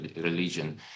religion